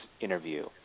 interview